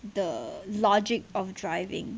the logic of driving